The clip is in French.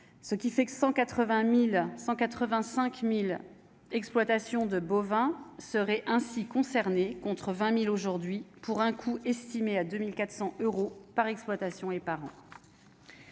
ce qui fait que 180000 185000 exploitations de bovins seraient ainsi concernées contre 20000 aujourd'hui, pour un coût estimé à 2400 euros par exploitation et par an.